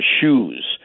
shoes